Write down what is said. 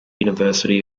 university